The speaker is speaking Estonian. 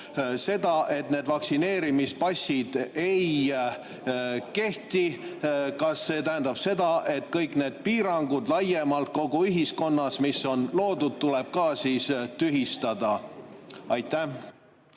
seda, et need vaktsineerimispassid ei kehti. Kas see tähendab seda, et kõik need piirangud laiemalt kogu ühiskonnas, mis on loodud, tuleb ka tühistada? Aitäh!